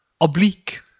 oblique